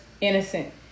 innocent